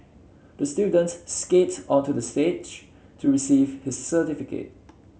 the student skated onto the stage to receive his certificate